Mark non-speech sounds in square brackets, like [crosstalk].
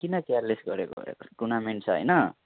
किन क्यारलेस गरेको [unintelligible] टुर्नामेन्ट छ होइन